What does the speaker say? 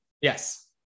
Yes